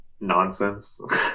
nonsense